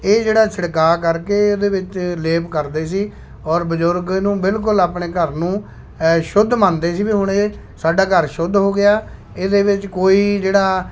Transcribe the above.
ਇਹ ਜਿਹੜਾ ਛਿੜਕਾਅ ਕਰਕੇ ਇਹਦੇ ਵਿੱਚ ਲੇਪ ਕਰਦੇ ਸੀ ਔਰ ਬਜ਼ੁਰਗ ਇਹਨੂੰ ਬਿਲਕੁਲ ਆਪਣੇ ਘਰ ਨੂੰ ਸ਼ੁੱਧ ਮੰਨਦੇ ਸੀ ਵੀ ਹੁਣ ਇਹ ਸਾਡਾ ਘਰ ਸ਼ੁੱਧ ਹੋ ਗਿਆ ਇਹਦੇ ਵਿੱਚ ਕੋਈ ਜਿਹੜਾ